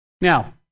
Now